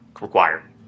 required